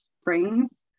springs